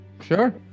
Sure